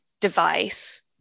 device